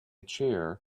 chair